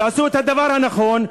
תעשו את הדבר הנכון,